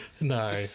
No